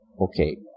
Okay